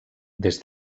des